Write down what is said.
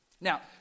Now